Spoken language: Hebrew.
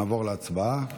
נעבור להצבעה.